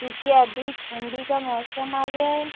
کیوںکہ ابھی ٹھنڈی کا موسم آ گیا ہے